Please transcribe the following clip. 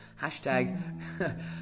hashtag